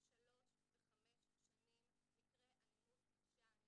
שלוש וחמש שנים, מקרה אלימות קשה.